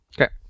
okay